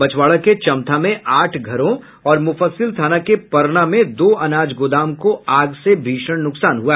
बछवाड़ा के चमथा में आठ घरों और मूफस्सिल थाना के परना में दो अनाज गोदाम को आग से भीषण नूकसान हुआ